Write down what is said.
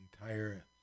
Entire